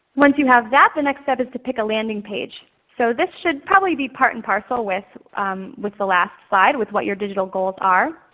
once you have that the next step is to pick a landing page. so this should probably be part and parcel with with the last slide with what your digital goals are.